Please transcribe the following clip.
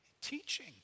Teaching